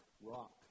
rock